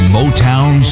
Motown